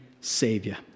Savior